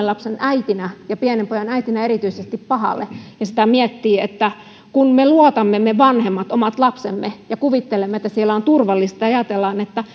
lapsen äitinä ja erityisesti pienen pojan äitinä pahalta sitä miettii että kun me vanhemmat luotamme omat lapsemme ja kuvittelemme että siellä on turvallista ja ajattelemme että